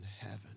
heaven